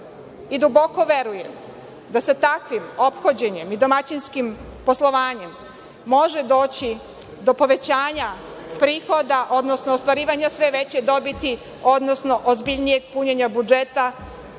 Duboko verujem da sa takvim ophođenjem i domaćinskim poslovanjem može doći do povećanja prihoda, odnosno ostvarivanja sve veće dobiti, odnosno ozbiljnijeg punjenja budžeta,